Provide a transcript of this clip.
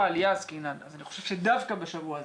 עלייה עסקינן אני חושב שדווקא בשבוע הזה,